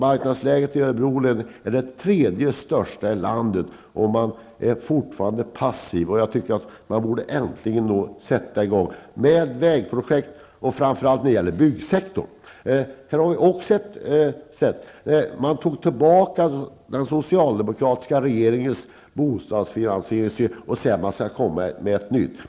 Arbetslösheten i Örebro län är den tredje största i landet, men regeringen är fortfarande passiv. Jag tycker att man äntligen borde sätta i gång med vägprojekt och framför allt med projekt inom byggsektorn. Regeringen avskaffade den socialdemokratiska regeringens bostadsfinansieringssystem och sade att den skulle komma med ett nytt.